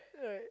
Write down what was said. right